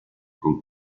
con